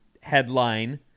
headline